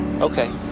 Okay